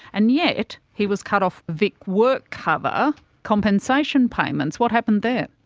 and yet he was cut off vic workcover compensation payments. what happened there?